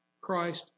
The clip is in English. Christ